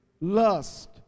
lust